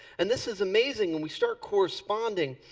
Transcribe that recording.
and this is amazing and we start corresponding.